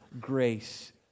grace